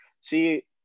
See